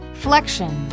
flexion